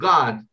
God